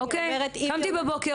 קמתי בבוקר,